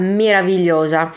meravigliosa